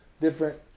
different